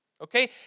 okay